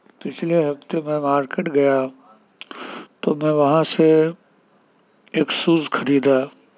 پچھلے ہفتے میں مارکیٹ گیا تو میں وہاں سے ایک شوز خریدا